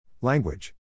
Language